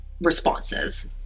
responses